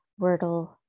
Wordle